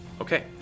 Okay